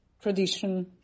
tradition